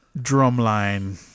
drumline